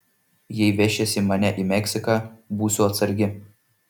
jei vešiesi mane į meksiką būsiu atsargi